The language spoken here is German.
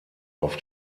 auf